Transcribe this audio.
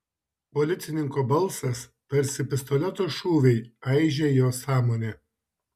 policininko balsas tarsi pistoleto šūviai aižė jo sąmonę